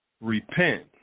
repent